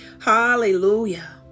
Hallelujah